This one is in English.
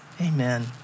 Amen